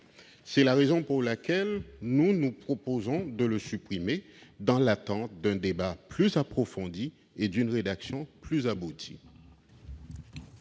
C'est la raison pour laquelle nous proposons de supprimer cet article, dans l'attente d'un débat plus approfondi et d'une rédaction plus aboutie.